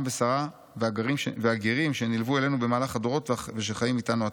ושרה והגרים שנלוו אלינו במהלך הדורות ושחיים איתנו עתה?